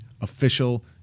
official